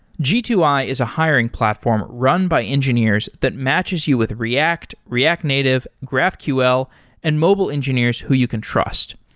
g two i is a hiring platform run by engineers that matches you with react, react native, graphql and mobile engineers who you can trust.